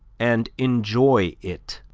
and enjoy it?